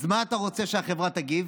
אז איך אתה רוצה שהחברה תגיב?